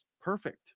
Perfect